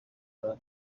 black